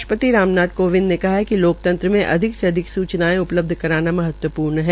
राष्ट्रपति रामानाथ कोविंद ने कहा है कि लोकतंत्र में अधिक से अधिक सूचनायें उपलब्ध कराना महत्वपूर्ण है